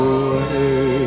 away